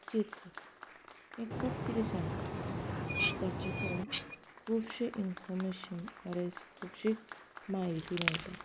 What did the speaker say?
चित्र हें खूब कितें सांगता जाचे करून खुबशें इन्फॉमेशन ऑर एज खुबशी माहिती मेळटा